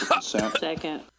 Second